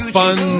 fun